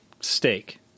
steak